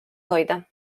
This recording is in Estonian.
hoida